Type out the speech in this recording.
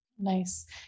Nice